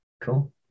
Cool